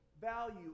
Value